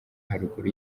haruguru